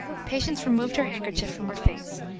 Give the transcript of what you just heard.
patience removed her handkerchief from her face,